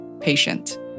patient